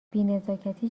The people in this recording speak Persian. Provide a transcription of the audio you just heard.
بینزاکتی